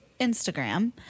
Instagram